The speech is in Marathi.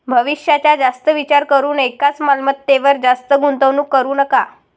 भविष्याचा जास्त विचार करून एकाच मालमत्तेवर जास्त गुंतवणूक करू नका